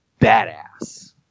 badass